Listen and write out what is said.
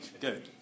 good